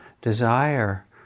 desire